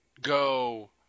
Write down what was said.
go